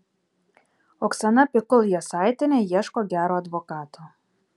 oksana pikul jasaitienė ieško gero advokato